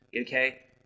okay